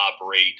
operate